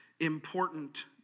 important